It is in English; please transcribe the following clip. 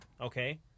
Okay